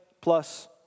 plus